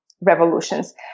revolutions